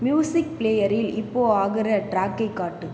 music பிளேயரில் இப்போ ஆகிற ட்ராக்கைக் காட்டு